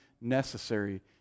necessary